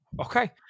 okay